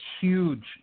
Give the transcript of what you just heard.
huge